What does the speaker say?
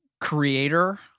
creator